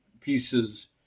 pieces